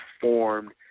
formed